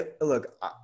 look